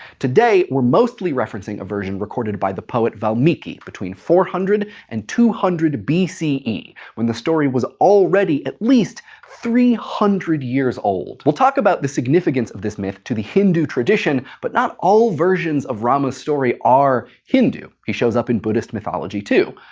today we're mostly referencing the version recorded by the poet valmiki between four hundred and two hundred b c e. when the story was already at least three hundred years old. we'll talk about the significance of this myth to the hindu tradition but not all versions of rama's story are hindu he shows up in buddhist mythology too.